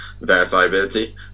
verifiability